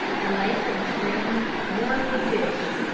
the lakes and streams swarmed with fish.